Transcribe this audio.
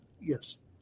yes